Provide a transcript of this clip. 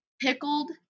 Pickled